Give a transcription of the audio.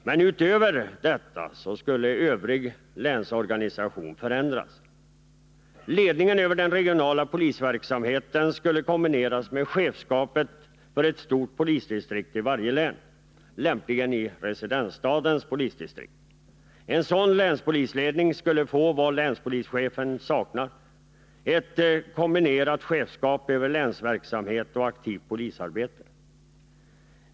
Men bortsett från detta skulle länsorganisationen förändras. Ledningen över den regionala polisverksamheten skulle kombineras med chefskapet för ett stort polisdistrikt i varje län, lämpligen residensstadens polisdistrikt. En sådan länspolisledning skulle få vad länspolischeferna saknar, ett kombinerat chefskap över länsverksamhet och aktivt polisarbete.